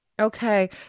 Okay